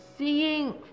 Seeing